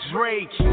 Drake